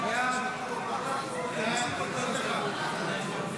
כהצעת הוועדה, נתקבל.